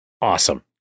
Awesome